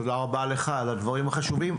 תודה רבה לך על הדברים החשובים,